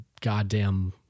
goddamn